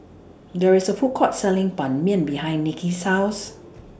There IS A Food Court Selling Ban Mian behind Niki's House